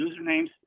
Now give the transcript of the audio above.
usernames